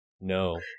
No